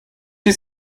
die